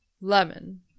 Lemon